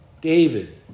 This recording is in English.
David